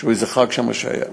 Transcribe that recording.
איזה חג שהיה.